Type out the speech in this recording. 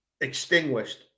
extinguished